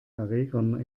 erregern